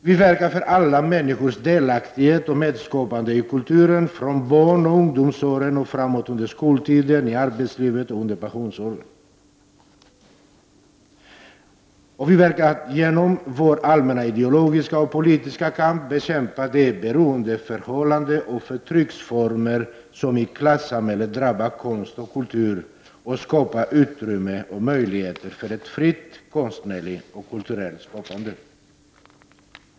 Vi verkar för alla människors delaktighet och medskapande i kulturen, från barnoch ungdomsåren och framåt under skoltiden, i arbetslivet och under pensionsåren. Vi verkar genom vår allmänna ideologiska och politiska kamp för att bekämpa de beroendeförhållanden och förtrycksformer som i klassamhället drabbar konst och kultur och skapar utrymme och möjligheter för ett fritt konstnärligt och kulturellt skapande.